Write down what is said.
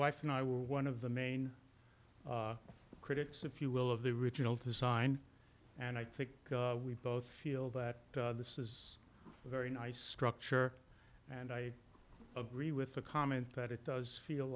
wife and i were one of the main critics if you will of the original design and i think we both feel that this is a very nice structure and i agree with the comment that it does feel